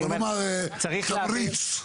בוא נאמר, תמריץ.